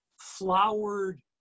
flowered